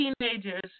teenagers